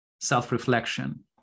self-reflection